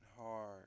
hard